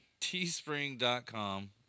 Teespring.com